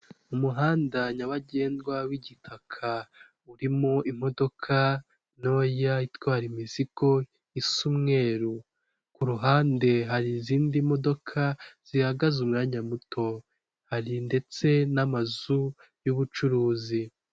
Abantu dukunda inyubako zitandukanye akenshi inyubako igizwe n'amabara menshi irakundwa cyane uzasanga hari izifite amabara y'umutuku avanze n'umukara ndetse n'umweru uko niko ba nyirazo baba babihisemo.